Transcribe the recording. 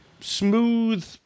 smooth